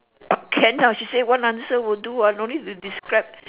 but can lah she say one answer will do what don't need to describe